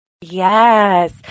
Yes